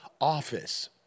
office